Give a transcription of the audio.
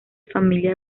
familia